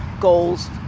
goals